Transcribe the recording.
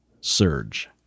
surge